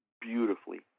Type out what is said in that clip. beautifully